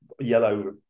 yellow